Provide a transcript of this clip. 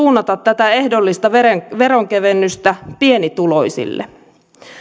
suunnata tätä ehdollista veronkevennystä pienituloisille